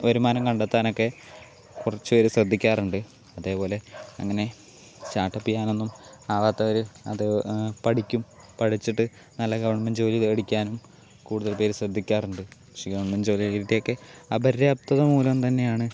വരുമാനം കണ്ടെത്താനൊക്കെ കുറച്ചു പേർ ശ്രദ്ധിക്കാറുണ്ട് അതേപോലെ അങ്ങനെ സ്റ്റാർട്ടപ്പ് ചെയ്യാനൊന്നും ആവാത്തവർ അത് പഠിക്കും പഠിച്ചിട്ട് നല്ല ഗവൺമെന്റ് ജോലി മേടിക്കാനും കൂടുതൽ പേര് ശ്രദ്ധിക്കാറുണ്ട് പക്ഷേ ഗവൺമെന്റ് ജോലികൾക്കൊക്കെ അപര്യാപ്തത മൂലം തന്നെയാണ്